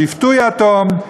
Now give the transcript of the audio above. שפטו יתום,